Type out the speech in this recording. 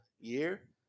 year